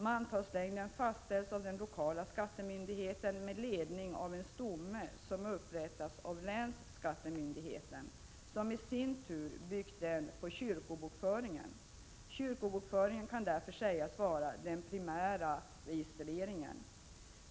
Mantalslängden fastställs av den lokala skattemyndigheten med ledning av en stomme som upprättas av länsskattemyndigheten, som i sin tur byggt den på kyrkobokföringen. Kyrkobokföringen kan därför sägas vara den primära registreringen.